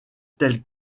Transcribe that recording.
tels